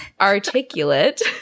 articulate